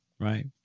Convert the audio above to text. Right